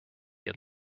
had